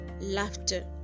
Laughter